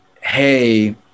hey